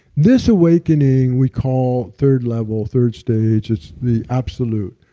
this awakening we call, third level third stage, it's the absolute,